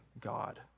God